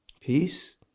Peace